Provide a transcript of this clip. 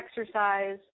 exercise